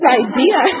idea